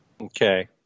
Okay